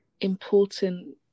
important